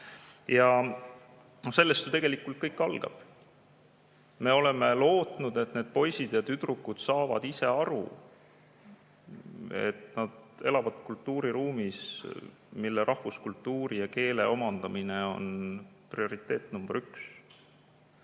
Sellest ju tegelikult kõik algab. Me oleme lootnud, et need poisid ja tüdrukud saavad ise aru, et nad elavad kultuuriruumis, milles rahvuskultuuri ja keele omandamine on prioriteet nr 1.